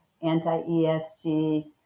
Anti-ESG